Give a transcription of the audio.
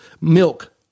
milk